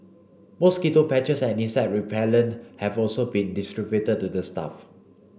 mosquito patches and insect repellent have also been distributed to the staff